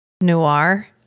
noir